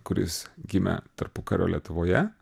kuris gimė tarpukario lietuvoje